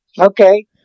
Okay